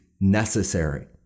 necessary